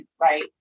right